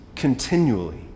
Continually